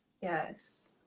yes